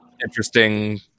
interesting